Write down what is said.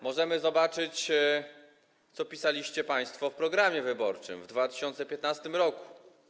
Możemy zobaczyć, co pisaliście państwo w programie wyborczym w 2015 r.